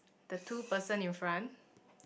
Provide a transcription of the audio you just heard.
the two person in front